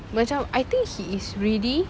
macam I think he is ready